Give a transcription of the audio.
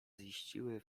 ziściły